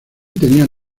tenían